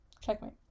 Checkmate